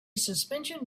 suspension